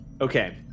Okay